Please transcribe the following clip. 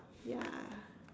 ya